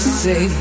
say